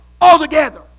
Altogether